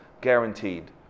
guaranteed